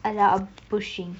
a lot of pushing